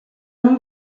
non